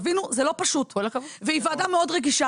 תבינו, זה לא פשוט והיא ועדה מאוד רגישה.